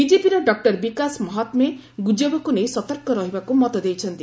ବିଜେପିର ଡକ୍ଟର ବିକାଶ ମହାତ୍କେ ଗୁଜବକୁ ନେଇ ସତର୍କ ରହିବାକୁ ମତ ଦେଇଛନ୍ତି